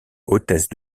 hôtesse